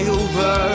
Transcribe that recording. over